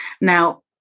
Now